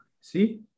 see